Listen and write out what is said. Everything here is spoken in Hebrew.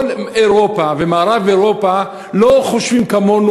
כל אירופה ומערב-אירופה לא חושבים כמונו,